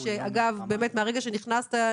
שאגב מרגע שנכנסתם,